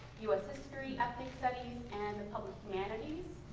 us history, ethnic studies, and the public humanities.